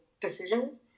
decisions